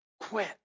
quit